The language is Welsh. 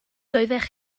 doeddech